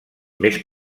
més